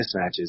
mismatches